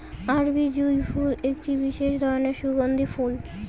আরবি জুঁই ফুল একটি বিশেষ ধরনের সুগন্ধি ফুল